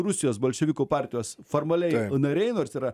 rusijos bolševikų partijos formaliai nariai nors yra